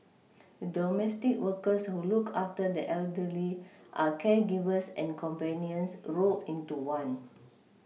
domestic workers who look after the elderly are caregivers and companions rolled into one